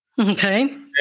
Okay